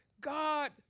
God